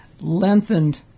lengthened